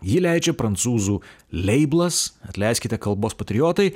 ji leidžia prancūzų leiblas atleiskite kalbos patriotai